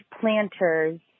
planters